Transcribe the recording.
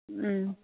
हम्